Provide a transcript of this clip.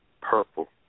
purple